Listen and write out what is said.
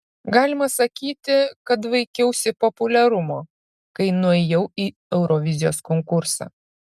galima sakyti kad vaikiausi populiarumo kai nuėjau į eurovizijos konkursą